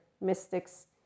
mystics